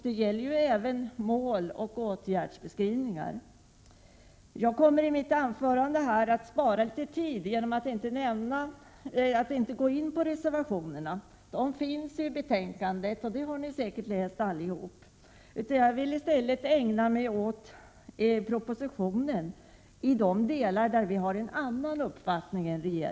Detta gäller även måloch åtgärdsbeskrivningar. Jag kommer i mitt anförande, för att spara tid, inte att redogöra för våra reservationer till betänkandet. De finns i betänkandet och ni har säkert allihop läst dem. Jag skalli stället ägna mig åt de delar av propositionen i vilka vi har en från regeringen avvikande uppfattning.